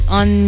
on